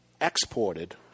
exported